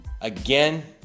again